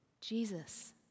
Jesus